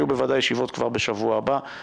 יהיו בוודאי ישיבות כבר בשבוע הבא.